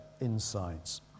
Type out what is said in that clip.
insights